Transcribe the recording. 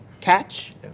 catch